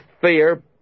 fear